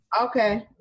Okay